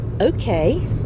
okay